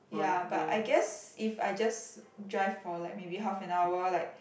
ya but I guess if I just drive for like maybe half an hour like